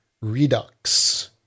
Redux